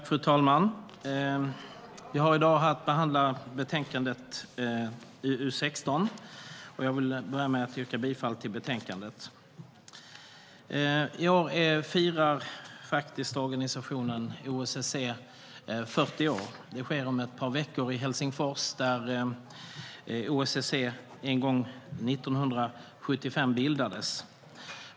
Fru talman! Vi har i dag att behandla betänkande UU16. Jag börjar med att yrka bifall till förslaget i betänkandet. I år firar organisationen OSSE 40 år. Det sker om ett par veckor i Helsingfors där OSSE en gång, 1975, bildades.